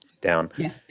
down